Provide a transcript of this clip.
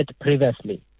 previously